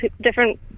different